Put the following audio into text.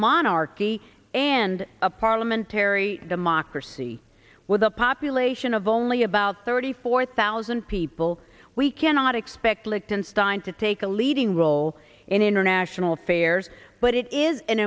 monarchy and a parliamentary democracy with a population of only about thirty four thousand people we cannot expect lichtenstein to take a leading role in international affairs but it is an